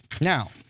Now